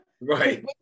Right